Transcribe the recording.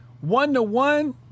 One-to-one